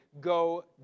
...go